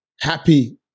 happy